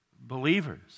believers